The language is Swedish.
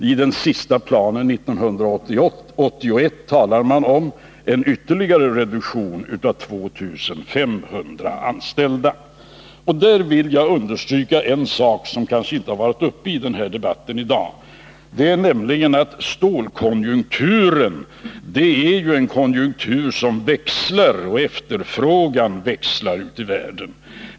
I den senaste planen 1981 talar man om en ytterligare reduktion med 2 500 anställda. Jag vill understryka en sak som kanske inte varit uppe i den här debatten i dag, nämligen att stålkonjunkturen är en konjunktur som växlar, efterfrågan växlar ute i världen.